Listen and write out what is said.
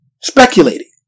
speculating